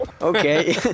okay